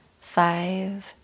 Five